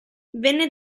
venne